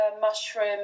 mushroom